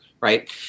right